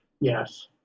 Yes